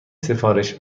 سفارش